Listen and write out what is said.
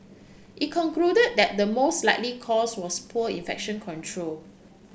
it concluded that the most likely cause was poor infection control